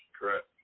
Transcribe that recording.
correct